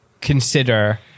consider